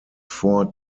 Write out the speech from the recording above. four